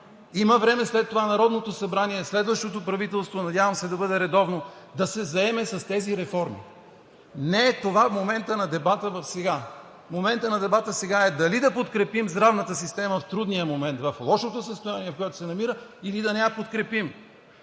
Има време след това Народното събрание, следващото правителство, надявам се, да бъде редовно и да се заеме с тези реформи. Сега не е това моментът на дебата. Моментът на дебата сега е дали да подкрепим здравната система в трудния момент в лошото състояние, в което се намира, или да не я подкрепим.